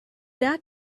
that